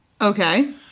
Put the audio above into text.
Okay